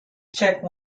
check